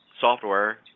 software